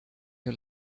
you